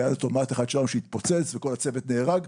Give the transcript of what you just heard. והיה --- אחד שלנו שהתפוצץ וכל הצוות נהרג,